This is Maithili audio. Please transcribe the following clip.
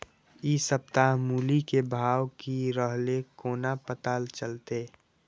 इ सप्ताह मूली के भाव की रहले कोना पता चलते?